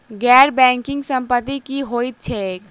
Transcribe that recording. गैर बैंकिंग संपति की होइत छैक?